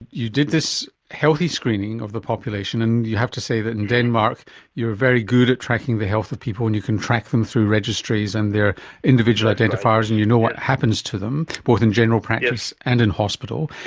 you did this healthy screening of the population, and you have to say that in denmark you are very good at tracking the health of people and you can track them through registries and there are individual identifiers and you know what happens to them, both in general practice and in hospital.